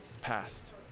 passed